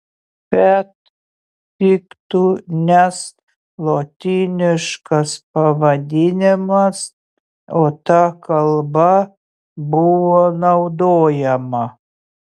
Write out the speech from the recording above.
fiat tiktų nes lotyniškas pavadinimas o ta kalba buvo naudojama